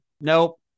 Nope